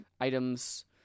items